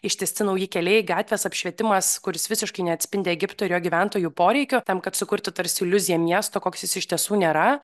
ištiesti nauji keliai gatvės apšvietimas kuris visiškai neatspindi egipto ir jo gyventojų poreikių tam kad sukurti tarsi iliuziją miesto koks jis iš tiesų nėra